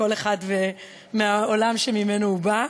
כל אחד מהעולם שממנו הוא בא,